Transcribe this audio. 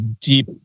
deep